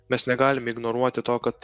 mes negalime ignoruoti to kad